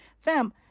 Fam